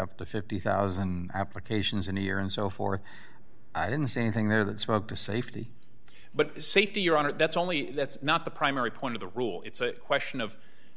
up to fifty thousand applications in a year and so forth i didn't see anything there that spoke to safety but safety your honor that's only that's not the primary point of the rule it's a question of